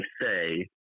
say